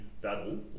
battle